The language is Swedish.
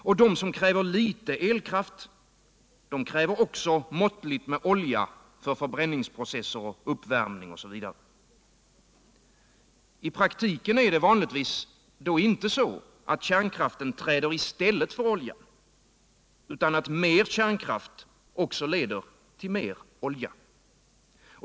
Och de som kräver litet elkraft kräver också måttligt med olja för förbränningsprocesser. uppvärmning osv. I Energiforskning, praktiken är det vanligtvis inte så att kärnkraften träder i stället för olja utan att mer kärnkraft också Jeder till mer olja.